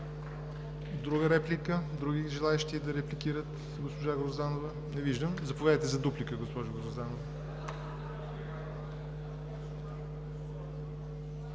Има ли други желаещи да репликират, госпожа Грозданова? Не виждам. Заповядайте за дуплика, госпожо Грозданова.